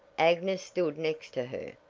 agnes stood next to her.